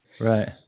right